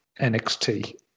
NXT